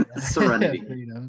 serenity